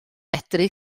medru